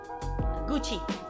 Gucci